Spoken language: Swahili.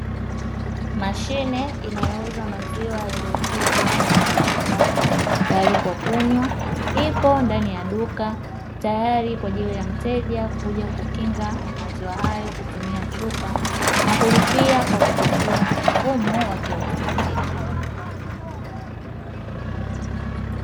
Mashine inayouza maziwa yaliyochujwa na kupashwa moto tayari kwa kunywa ipo ndani ya duka, tayari kwaajili ya mteja kuja kukinga maziwa hayo kutumia chupa, na kulipia kupitia mfumo wa kiautomatiki.